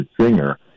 singer